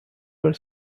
were